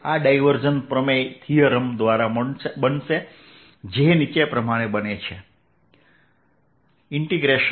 આ ડાયવર્જન્સ પ્રમેય દ્વારા બનશેજે નીચે પ્રમાણે બનશે